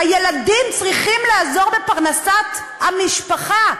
הילדים צריכים לעזור בפרנסת המשפחה,